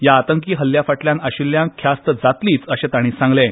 ह्या आतंकी हल्ल्या फाटल्यान अशिल्ल्यांक ख्यास्त जातलीच अशें तांणी म्हणलें